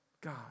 God